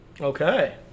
Okay